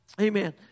Amen